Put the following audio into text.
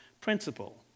principle